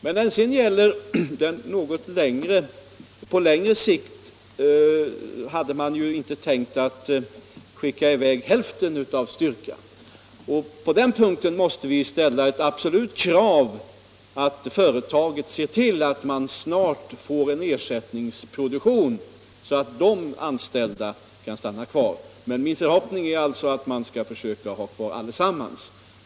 Men på något längre sikt var det inte tänkt att halva styrkan skulle behöva gå, och på den punkten måste vi ställa ett absolut krav att företaget ser till att ersättningsproduktion snart kommer till stånd så att de anställda kan stanna kvar. Min förhoppning är att företaget skall försöka behålla alla anställda.